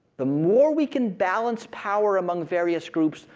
the more we can balance power among various groups,